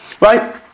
right